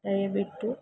ದಯವಿಟ್ಟು